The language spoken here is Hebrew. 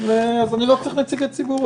אני לא צריך נציגי ציבור,